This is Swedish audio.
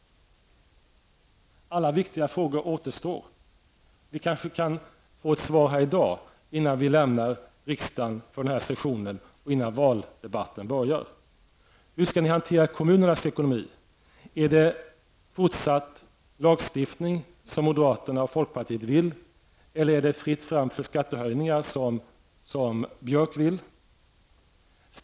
Alla viktiga frågor återstår. Vi kanske kan få ett svar här i dag innan vi lämnar riksdagen för den här sessionen och valdebatten börjar. Hur skall ni hantera kommunernas ekonomi? Skall det ske med fortsatt lagstiftning som moderaterna och folkpartiet vill, eller är det fritt fram för skattehöjningar som Björk vill?